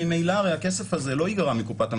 ממילא הכסף הזה לא ייגרע מקופת המדינה,